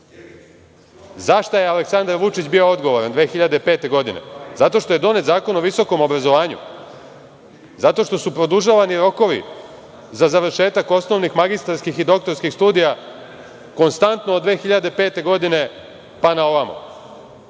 Za šta je Aleksandar Vučić bio odgovoran 2005. godine? Zato što je donet Zakon o visokom obrazovanju? Zato što su produžavani rokovi za završetak osnovnih, magistarskih i doktorskih studija konstantno od 2005. godine pa naovamo.